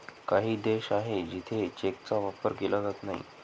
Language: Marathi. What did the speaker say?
काही देश आहे जिथे चेकचा वापर केला जात नाही